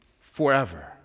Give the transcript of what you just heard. forever